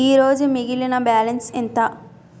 ఈరోజు మిగిలిన బ్యాలెన్స్ ఎంత?